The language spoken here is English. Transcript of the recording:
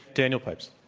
daniel pipes.